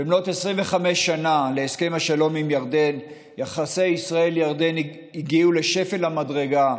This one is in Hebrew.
במלאת 25 שנה להסכם השלום עם ירדן יחסי ישראל ירדן הגיעו לשפל המדרגה,